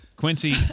Quincy